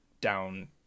down